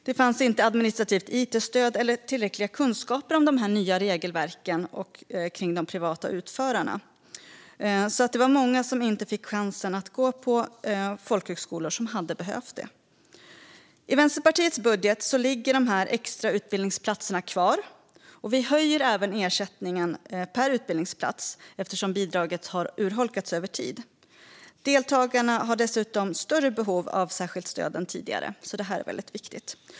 Det fanns inte administrativt it-stöd eller tillräckliga kunskaper om de nya regelverken för de privata utförarna. Det var många som inte fick chans att gå på folkhögskolor som hade behövt det. I Vänsterpartiets budget ligger de extra utbildningsplatserna kvar. Vi höjer även ersättningen per utbildningsplats eftersom bidraget har urholkats över tid. Deltagarna har dessutom större behov av särskilt stöd än tidigare, så detta är väldigt viktigt.